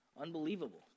unbelievable